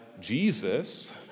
Jesus